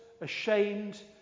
ashamed